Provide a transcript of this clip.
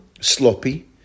sloppy